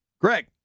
Greg